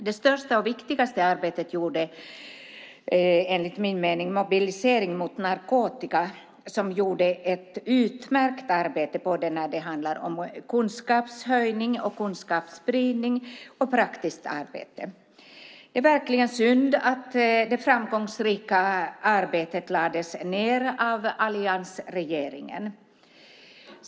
Det största och viktigaste arbetet gjorde enligt min mening Mobilisering mot narkotika, som utförde ett utmärkt arbete både när det handlar om kunskapshöjning, kunskapsspridning och praktiskt arbete. Det är verkligen synd att det framgångsrika arbetet lades ned av alliansregeringen.